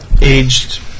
aged